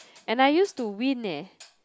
and I used to win leh